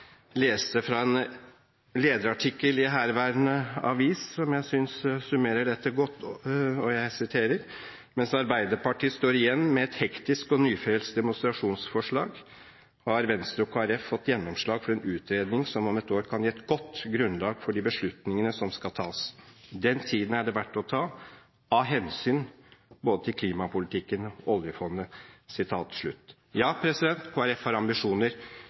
fra en lederartikkel i Dagens Næringsliv som jeg synes summerer dette godt opp: «Mens Ap står igjen med et hektisk og nyfrelst demonstrasjonsforslag, har Venstre og KrF fått gjennomslag for en utredning som om et år kan gi et godt grunnlag for de beslutningene som skal tas. Den tiden er det verdt å ta. Av hensyn både til klimapolitikken og oljefondet.» Ja, Kristelig Folkeparti har ambisjoner,